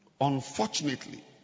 unfortunately